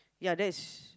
ya that is